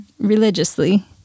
religiously